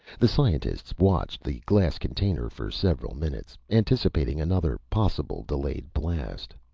the scientists watched the glass container for several minutes, anticipating another possible delayed blast.